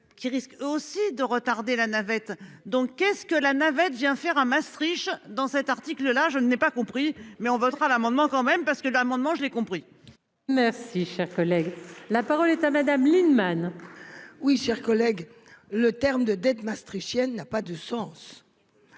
Qui risque aussi de retarder la navette donc qu'est-ce que la navette vient faire un Maastricht dans cet article là je n'ai pas compris mais on votera l'amendement quand même parce que d'amendement. J'ai compris. Merci, cher collègue, la parole est à Madame Lienemann. Oui, chers collègues, le terme de dettes Maastricht yen n'a pas de sens.